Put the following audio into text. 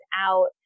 out